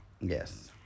Yes